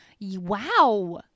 Wow